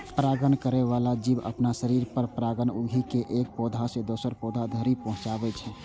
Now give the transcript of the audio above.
परागण करै बला जीव अपना शरीर पर परागकण उघि के एक पौधा सं दोसर पौधा धरि पहुंचाबै छै